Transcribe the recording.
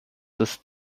ist